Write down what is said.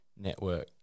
network